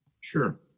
Sure